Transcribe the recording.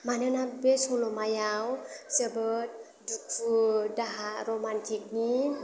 मानोना बे सल'मायाव जोबोद दुखु दाहा रमान्टिकनि